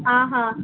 आ हा